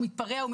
הוא מתפרע.